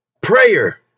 prayer